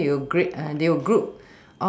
then you grade ah they will group